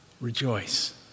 Rejoice